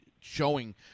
showing